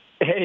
hey